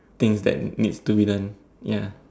things that needs to be done ya